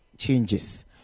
changes